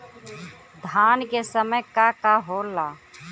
धान के समय का का होला?